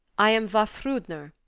i am vafthrudner,